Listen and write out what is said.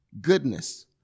goodness